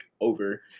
over